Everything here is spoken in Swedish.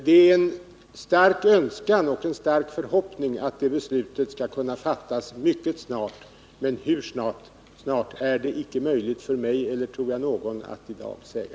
Det är en stark önskan och en stark förhoppning att beslutet skall kunna fattas mycket snart, men hur snart är det icke möjligt för mig eller, tror jag, någon annan att i dag säga.